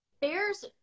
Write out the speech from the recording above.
bears